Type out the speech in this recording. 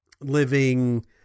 living